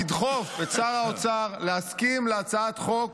לדחוף את שר האוצר להסכים להצעת חוק